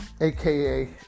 AKA